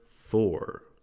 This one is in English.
four